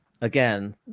Again